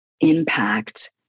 impact